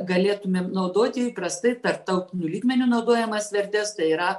galėtumėm naudoti įprastai tarptautiniu lygmeniu naudojamas vertes tai yra